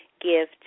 give